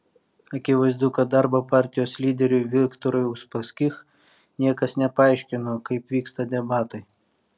akivaizdu kad darbo partijos lyderiui viktorui uspaskich niekas nepaaiškino kaip vyksta debatai